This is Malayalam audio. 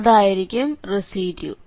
അതായിരിക്കും റെസിഡ്യൂ